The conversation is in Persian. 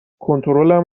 کنترلم